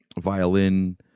violin